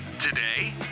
today